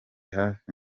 hafi